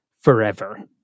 Forever